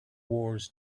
wars